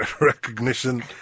recognition